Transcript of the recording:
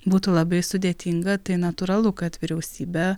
būtų labai sudėtinga tai natūralu kad vyriausybė